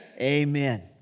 Amen